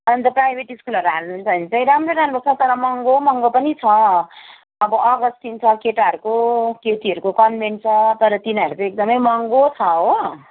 अन्त प्राइभेट स्कुलहरू हाल्नु हुन्छ भने चाहिँ राम्रो राम्रो छ तर महँगो महँगो पनि छ अब अगस्टिन छ केटाहरूको केटीहरूको कन्भेन्ट छ तर तिनीहरू चाहिँ एकदमै महँगो छ हो